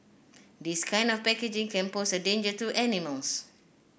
this kind of packaging can pose a danger to animals